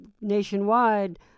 nationwide